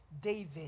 David